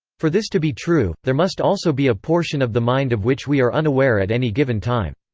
for this to be true, there must also be a portion of the mind of which we are unaware at any given time.